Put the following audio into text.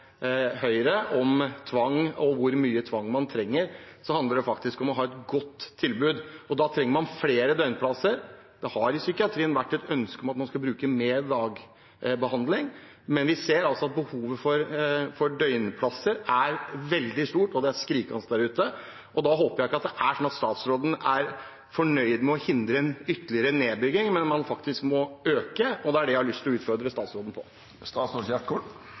hvor mye tvang man trenger, handler det faktisk om å ha et godt tilbud, og da trenger man flere døgnplasser. Det har i psykiatrien vært et ønske om at man skal bruke mer dagbehandling, men vi ser at behovet for døgnplasser er veldig stort – det er skrikende der ute. Da håper jeg ikke at statsråden er fornøyd med å hindre en ytterligere nedbygging, men at man faktisk må øke Det er det jeg har lyst til å utfordre statsråden på.